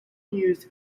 used